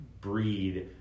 breed